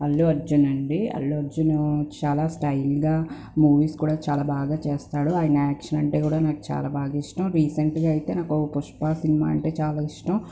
అల్లు అర్జున్ అండి అల్లు అర్జున్ చాలా స్టైల్గా మూవీస్ కూడా చాలా బాగా చేస్తాడు ఆయన ఆక్షన్ అంటే కూడా నాకు చాలా బాగా ఇష్టం రీసెంట్గా అయితే పుష్ప సినిమా అంటే చాలా ఇష్టం